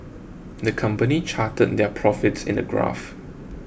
the company charted their profits in a graph